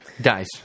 Dies